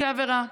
כעבירה.